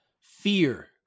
fear